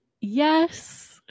Yes